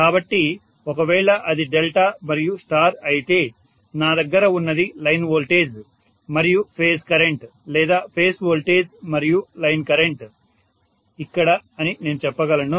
కాబట్టి ఒకవేళ అది డెల్టా మరియు స్టార్ అయితే నా దగ్గర ఉన్నది లైన్ వోల్టేజ్ మరియు ఫేజ్ కరెంట్ లేదా ఫేజ్ వోల్టేజ్ మరియు లైన్ కరెంట్ ఇక్కడ అని నేను చెప్పగలను